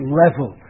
level